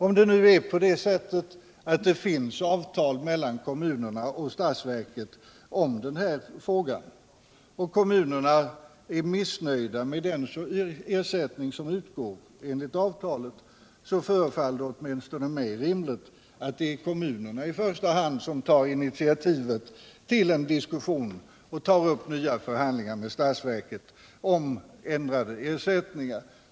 Om det nu är på det sättet att det finns avtal mellan kommunerna och statsverket i denna fråga och kommunerna är missnöjda med den ersättning som utgår enligt avtalet, förefaller det åtminstone mig rimligt att i första hand kommunerna tar initiativet till diskussioner och förhandlingar med statsverket om ändrade ersättningar.